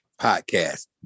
podcast